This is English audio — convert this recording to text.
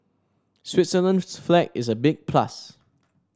Switzerland's flag is a big plus